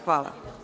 Hvala.